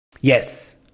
Yes